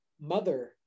mother